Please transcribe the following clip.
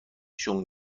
شون